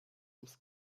ums